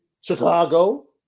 Chicago